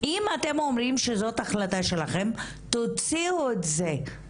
אם אתם אומרים שזאת החלטה שלכם, תוציאו את זה.